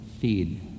feed